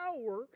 power